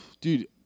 Dude